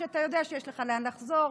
כשאתה יודע שיש לך לאן לחזור,